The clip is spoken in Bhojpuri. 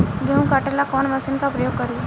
गेहूं काटे ला कवन मशीन का प्रयोग करी?